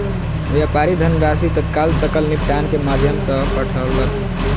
व्यापारी धनराशि तत्काल सकल निपटान के माध्यम सॅ पठौलक